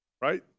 Right